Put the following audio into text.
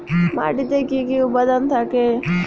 মাটিতে কি কি উপাদান থাকে?